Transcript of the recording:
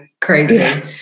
crazy